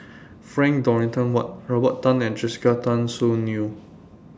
Frank Dorrington Ward Robert Tan and Jessica Tan Soon Neo